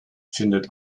findet